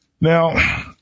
Now